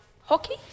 hockey